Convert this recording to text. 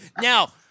Now